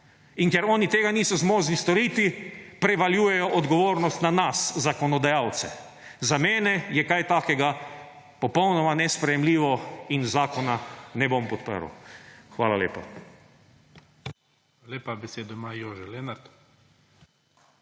In ker oni tega niso zmožni storiti, prevaljujejo odgovornost na nas, zakonodajalce. Za mene je kaj takega popolnoma nesprejemljivo in zakona ne bom podprl. Hvala lepa.